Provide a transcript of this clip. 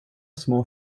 små